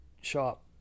shop